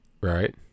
right